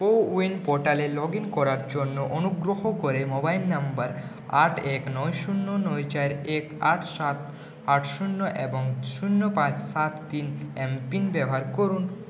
কো win পোর্টালে log in করার জন্য অনুগ্রহ করে মোবাইল নম্বর আট এক নয় শূন্য নয় চার এক আট সাত আট শূন্য এবং শূন্য পাঁচ সাত তিন এমপিন ব্যবহার করুন